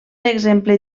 exemple